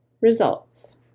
Results